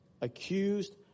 Accused